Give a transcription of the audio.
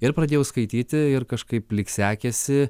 ir pradėjau skaityti ir kažkaip lyg sekėsi